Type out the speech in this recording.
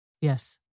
Yes